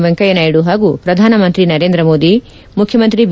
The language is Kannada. ವೆಂಕಯ್ಯ ನಾಯ್ಡು ಹಾಗೂ ಪ್ರಧಾನಮಂತ್ರಿ ನರೇಂದ್ರ ಮೋದಿ ಮುಖ್ಯಮಂತ್ರಿ ಬಿ